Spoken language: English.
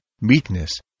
meekness